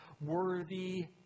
worthy